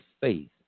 faith